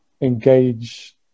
engage